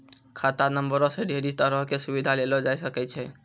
खाता नंबरो से ढेरी तरहो के सुविधा लेलो जाय सकै छै